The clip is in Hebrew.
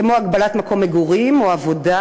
כמו הגבלת מקום מגורים או עבודה,